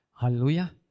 Hallelujah